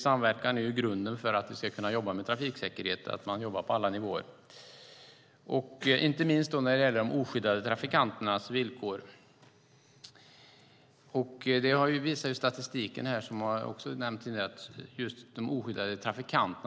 Samverkan är ju grunden för att vi ska kunna jobba med trafiksäkerhet, att man jobbar på alla nivåer, inte minst när det gäller de oskyddade trafikanternas villkor. Statistiken visar just att det är inom gruppen oskyddade trafikanter